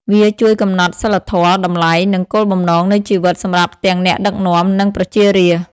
វាជួយកំណត់ សីលធម៌ តម្លៃ និង គោលបំណងនៃជីវិត សម្រាប់ទាំងអ្នកដឹកនាំ និងប្រជារាស្ត្រ។